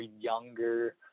younger